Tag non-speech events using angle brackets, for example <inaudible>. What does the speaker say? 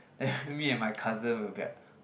then <breath> me and my cousin will be like